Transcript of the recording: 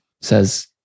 says